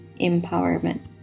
empowerment